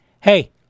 hey